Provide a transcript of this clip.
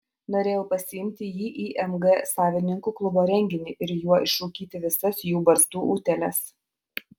norėjau pasiimti jį į mg savininkų klubo renginį ir juo išrūkyti visas jų barzdų utėles